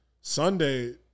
Sunday